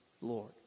Lord